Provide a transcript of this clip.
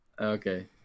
Okay